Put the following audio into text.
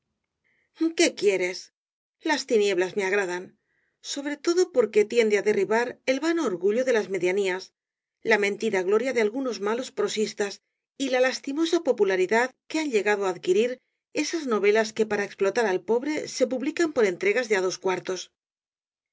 defensa qué quieres las tinieblas me agradan sobre todo porque tiende á derribar el vano orgullo de las medianías la mentida gloria de algunos malos prosistas y la lastimosa popularidad que han llegado á adquirir esas novelas que para explotar al pobre se publican por entregas de á dos cuartos